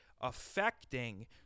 affecting